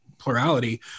plurality